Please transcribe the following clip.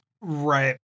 Right